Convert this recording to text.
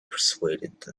persuaded